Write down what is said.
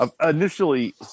Initially